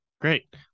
Great